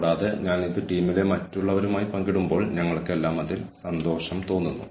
കൂടാതെ ഓർഗനൈസേഷന്റെ ഉൽപ്പാദനക്ഷമതയ്ക്കായി നമ്മൾ ഈ പെരുമാറ്റങ്ങൾ എത്ര നന്നായി ഉപയോഗിക്കുന്നു